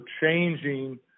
changing